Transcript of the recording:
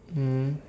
mm